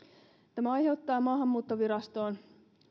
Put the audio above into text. tämä aiheuttaa maahanmuuttovirastoon